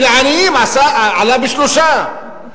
ולעניים זה עלה ב-3%.